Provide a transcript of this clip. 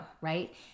right